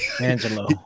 angelo